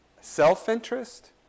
self-interest